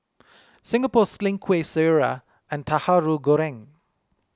Singapore Sling Kueh Syara and Tahu Goreng